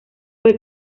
fue